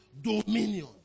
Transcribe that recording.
Dominion